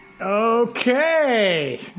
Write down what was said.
Okay